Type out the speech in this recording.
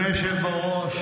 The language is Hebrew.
אדוני היושב בראש,